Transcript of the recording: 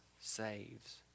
saves